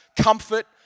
comfort